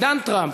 עידן טראמפ,